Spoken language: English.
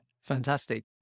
Fantastic